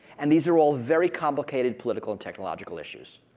and these are all very complicated political and technological issues.